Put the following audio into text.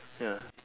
ya